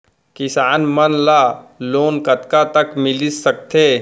किसान मन ला लोन कतका तक मिलिस सकथे?